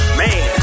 man